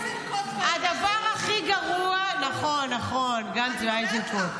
זה איזנקוט --- נכון, נכון, גנץ ואיזנקוט.